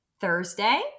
Thursday